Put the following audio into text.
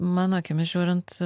mano akimis žiūrint